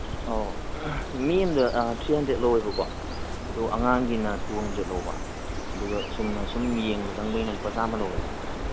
ꯑꯧ ꯃꯤ ꯑꯃꯗ ꯊ꯭ꯔꯤ ꯍꯟꯗ꯭ꯔꯦꯠ ꯂꯧꯌꯦꯕꯀꯣ ꯑꯗꯨ ꯑꯉꯥꯡꯒꯤꯅ ꯇꯨ ꯍꯟꯗ꯭ꯔꯦꯠ ꯂꯧꯕ ꯑꯗꯨꯒ ꯆꯨꯝꯅ ꯁꯨꯝ ꯌꯦꯡꯕ ꯆꯪꯕꯩꯅ ꯂꯨꯄꯥ ꯆꯥꯝꯃ ꯂꯧꯌꯦꯕ